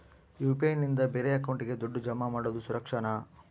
UPI ನಿಂದ ಬೇರೆ ಅಕೌಂಟಿಗೆ ದುಡ್ಡು ಜಮಾ ಮಾಡೋದು ಸುರಕ್ಷಾನಾ?